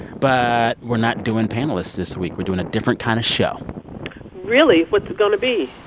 but we're not doing panelists this week. we're doing a different kind of show really? what's it going to be?